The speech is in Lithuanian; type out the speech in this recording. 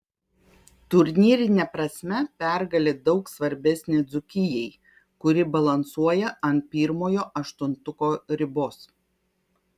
turnyrine prasme pergalė daug svarbesnė dzūkijai kuri balansuoja ant pirmojo aštuntuko ribos